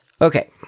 Okay